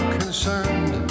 concerned